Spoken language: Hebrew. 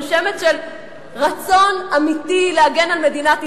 אין שמץ של רצון אמיתי להגן על מדינת ישראל.